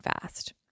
fast